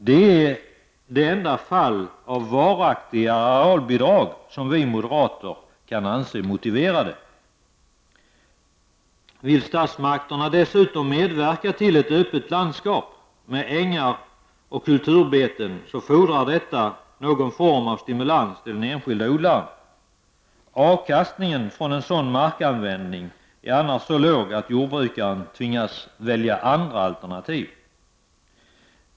Det är det enda fall av varaktiga arealbidrag som vi moderater anser motiverade. Vill statsmakterna dess utom medverka till ett öppet landskap med ängar och kulturbeten fordrar detta någon form av stimulans till den enskilde odlaren. Avkastningen från en sådan markanvändning är annars så låg att jordbrukaren tvingas välja andra alternativ.